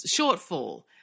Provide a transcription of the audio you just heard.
shortfall